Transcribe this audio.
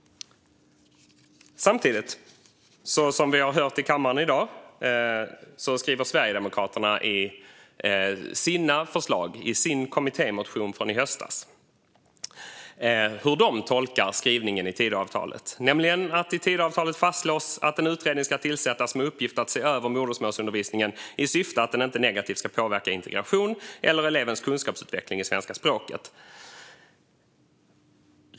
Samtidigt i höstas skrev Sverigedemokraterna - som vi även hört i kammaren i dag - i sin kommittémotion hur de tolkar skrivningen i Tidöavtalet, nämligen: "I Tidöavtalet fastslås att en utredning ska tillsättas med uppgift att se över modersmålsundervisningen i syfte att den inte negativt ska påverka integration eller elevens kunskapsutveckling i svenska språket.